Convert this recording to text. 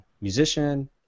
musician